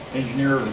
engineer